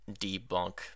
debunk